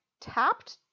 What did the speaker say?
tapped